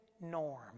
norm